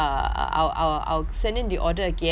send in the order again and then get it ordered